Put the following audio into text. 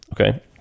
okay